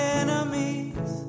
enemies